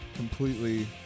Completely